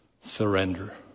surrender